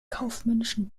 kaufmännischen